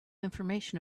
information